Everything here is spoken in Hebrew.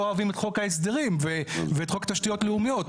לא אוהבים את חוק ההסדרים ואת חוק תשתיות לאומיות,